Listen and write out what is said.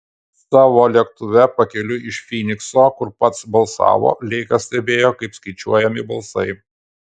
savo lėktuve pakeliui iš fynikso kur pats balsavo leikas stebėjo kaip skaičiuojami balsai